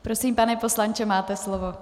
Prosím, pane poslanče, máte slovo.